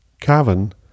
cavan